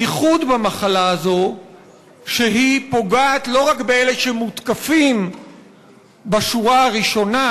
הייחוד במחלה הזאת הוא שהיא פוגעת לא רק באלה שמותקפים בשורה הראשונה,